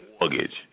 mortgage